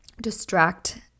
distract